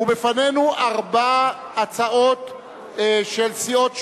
ובפנינו ארבע הצעות של סיעות שונות.